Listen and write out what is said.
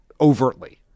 overtly